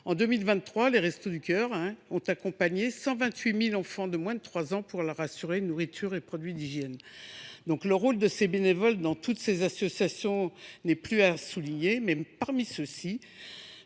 En 2023, les Restos du Cœur ont accompagné 128 000 enfants de moins de 3 ans pour leur assurer nourriture et produits d’hygiène. Le rôle des bénévoles dans toutes ces associations n’est plus à souligner. Toutefois, ceux